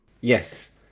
Yes